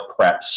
preps